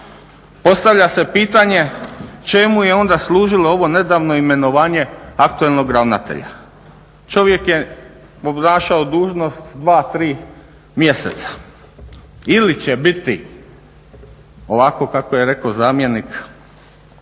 Postavlja se pitanje čemu je onda služilo ovo nedavno imenovanje aktualnog ravnatelja? Čovjek je obnašao dužnost dva, tri mjeseca. Ili će biti ovako kako je rekao zamjenik